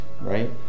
right